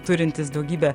turintis daugybę